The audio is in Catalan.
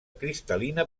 cristal·lina